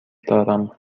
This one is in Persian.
دارم